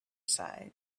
side